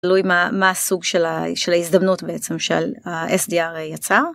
תלוי מה הסוג של ההזדמנות בעצם שה sdr יצר.